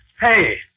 Hey